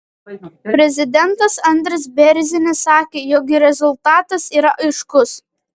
prezidentas andris bėrzinis sakė jog rezultatas yra aiškus